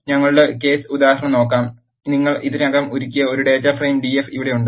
ഞങ്ങളുടെ കേസ് ഉദാഹരണം നോക്കാം നിങ്ങൾ ഇതിനകം ഉരുക്കിയ ഒരു ഡാറ്റ ഫ്രെയിം Df ഇവിടെയുണ്ട്